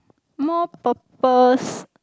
more purpose